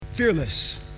Fearless